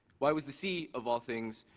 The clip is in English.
why was the sea, of all things,